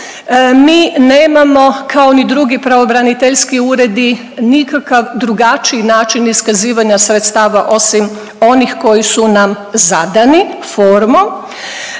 Mi nemamo kao ni drugi pravobraniteljski uredi nikakav drugačiji način iskazivanja sredstava osim onih koji su nam zadani formom.